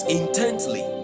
intently